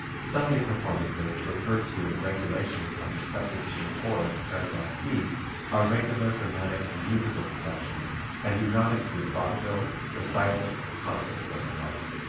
sunday performances referred to in regulations under subdivision four of paragraph d are regular dramatic and musical productions and do not include vaudeville, recitals, concerts and the like.